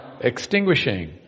Extinguishing